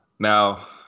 Now